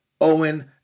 Owen